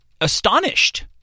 astonished